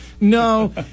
No